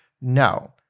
No